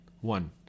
One